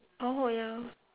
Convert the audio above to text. oh ya